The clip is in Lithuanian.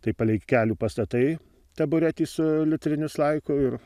tai palei kelių pastatai taburetį su litrinius slaiku ir